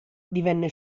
divenne